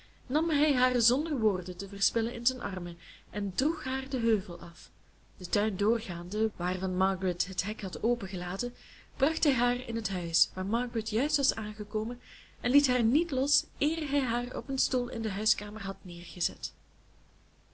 nam hij haar zonder woorden te verspillen in zijn armen en droeg haar den heuvel af den tuin doorgaande waarvan margaret het hek had opengelaten bracht hij haar in het huis waar margaret juist was aangekomen en liet haar niet los eer hij haar op een stoel in de huiskamer had neergezet